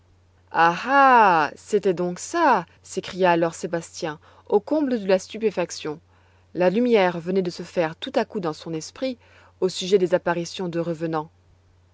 c'était donc ça s'écria alors sébastien au comble de la stupéfaction la lumière venait de se faire tout à coup dans son esprit au sujet des apparitions de revenants